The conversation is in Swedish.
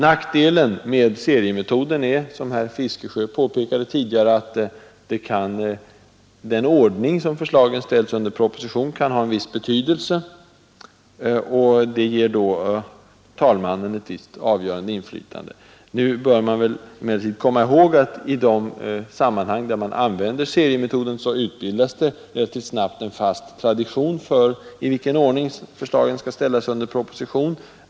Nackdelen med seriemetoden är — som herr Fiskesjö påpekade tidigare — att den ordning i vilken förslagen ställs under proposition kan ha betydelse, och det ger talmannen ett visst inflytande. Nu bör vi emellertid komma ihåg att i de sammanhang där man använder seriemetoden, utbildas det relativt snabbt en fast tradition för i vilken ordning förslagen skall ställas under proposition.